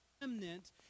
remnant